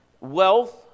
wealth